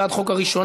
הצעת החוק הראשונה,